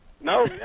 No